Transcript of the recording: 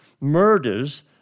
murders